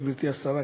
גברתי השרה,